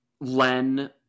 Len